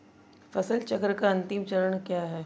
फसल चक्र का अंतिम चरण क्या है?